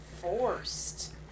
forced